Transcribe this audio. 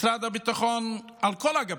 משרד הביטחון על כל אגפיו: